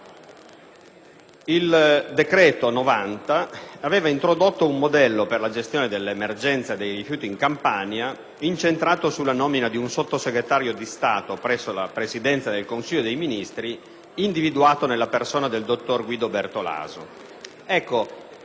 n. 90 del 2008 aveva introdotto un modello per la gestione dell'emergenza dei rifiuti in Campania incentrato sulla nomina di un sottosegretario di Stato, presso la Presidenza del Consiglio dei ministri, individuato nella persona del dottor Guido Bertolaso.